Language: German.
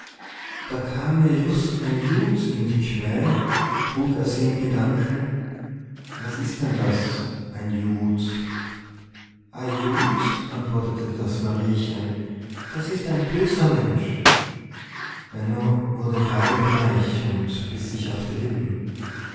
da kam mir just ein jud in die quer frug er sie in gedanken was ist denn das ein jud e judd antwortete das mariechen das is ein böser mensch benno wurde kreidebleich und biß sich auf die lippen